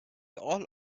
all